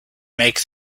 make